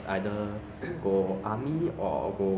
I think 自从两年前是没有跟他